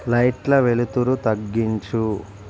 లైట్ల వెలుతురు తగ్గించు